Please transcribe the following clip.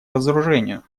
разоружению